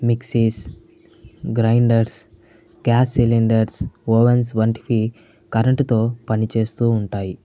mixies grinders gas cylinders ovens వంటివి కరెంటుతో పని చేస్తు ఉంటాయి